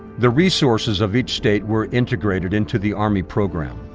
the resources of each state were integrated into the army program.